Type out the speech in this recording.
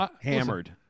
Hammered